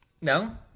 No